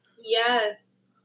Yes